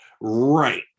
Right